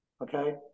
Okay